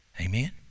amen